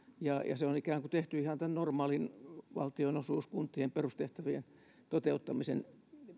ja se on ikään kuin tehty ihan normaalien valtionosuuksien ja kuntien perustehtävien toteuttamisen